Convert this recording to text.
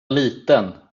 liten